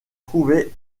trouvaient